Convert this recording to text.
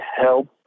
help